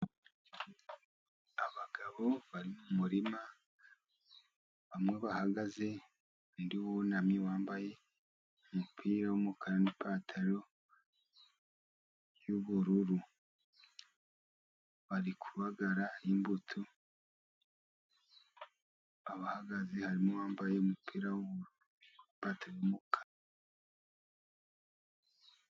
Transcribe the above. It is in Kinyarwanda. Abagabo bari mu murima, bamwe bahagaze undi wunamye wambaye umupira w'umukara n'ipantaro y'ubururu, bari kubagara imbuto bahagaze, harimo uwambaye umupira w'ububuru n'ipataro y'umukara.